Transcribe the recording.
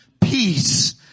peace